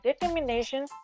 determination